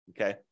okay